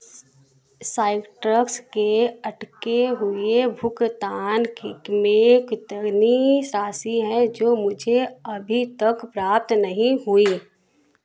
citrus के अटके हुए भुकतान केक में कितनी राशि हैं जो मुझे अभी तक प्राप्त नहीं हुई